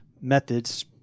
methods